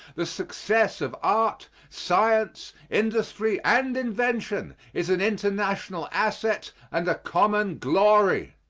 the success of art, science, industry and invention is an international asset and a common glory.